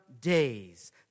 days